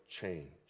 change